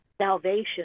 salvation